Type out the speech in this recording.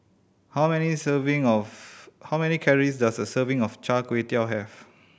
how many serving of how many calories does a serving of Char Kway Teow have